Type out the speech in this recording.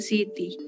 City